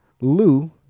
Lou